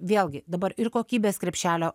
vėlgi dabar ir kokybės krepšelio